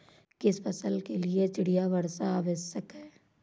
किस फसल के लिए चिड़िया वर्षा आवश्यक है?